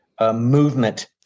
movement